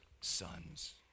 sons